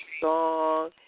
song